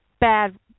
bad